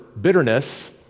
bitterness